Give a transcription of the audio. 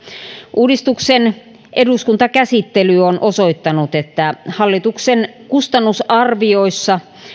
uudistuksen eduskuntakäsittely on osoittanut että hallituksen kustannusarvioissa